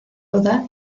oda